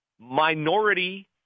minority